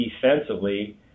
defensively